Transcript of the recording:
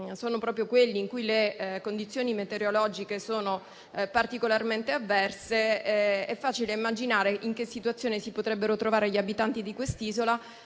sono proprio quelli in cui le condizioni metereologiche sono particolarmente avverse, è facile immaginare in che situazione si potrebbero trovare gli abitanti dell'isola,